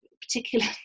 Particular